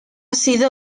sido